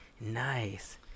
Nice